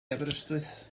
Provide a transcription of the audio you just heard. aberystwyth